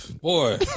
Boy